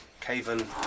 caven